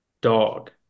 dog